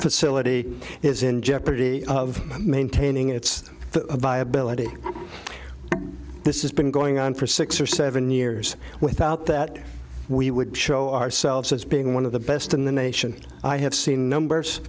facility is in jeopardy of maintaining its viability this is been going on for six or seven years without that we would show ourselves as being one of the best in the nation i have seen numbers